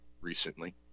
recently